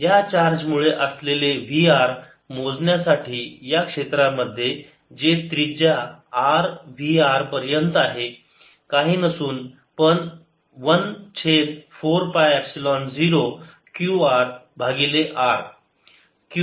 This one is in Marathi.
या चार्ज मुळे असलेले v r मोजण्यासाठी या क्षेत्रामध्ये जे त्रिज्या r v r पर्यंत आहे काही नसून पण 1 छेद 4 पाय एपसिलोन 0 q r भागिले r